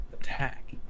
Attack